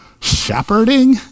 Shepherding